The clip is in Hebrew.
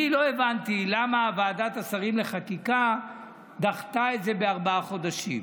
אני לא הבנתי למה ועדת השרים לחקיקה דחתה את זה בארבעה חודשים.